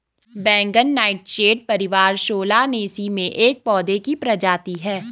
बैंगन नाइटशेड परिवार सोलानेसी में एक पौधे की प्रजाति है